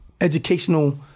educational